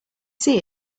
see